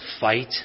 fight